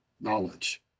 knowledge